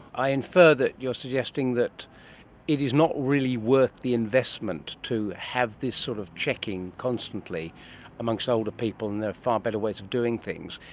i infer that you are suggesting that it is not really worth the investment to have this sort of checking constantly amongst older people and there are far better ways of doing things.